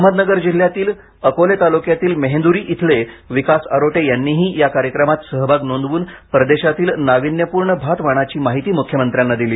अहमदनगर जिल्ह्यातील अकोले तालुक्यातील मेहेंद्री इथले विकास आरोटे यांनीही या कार्यक्रमात सहभाग नोंदवून परदेशातील नावीन्यपूर्ण भात वाणाची माहिती मुख्यमंत्र्यांना दिली